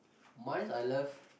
mine's I love